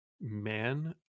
man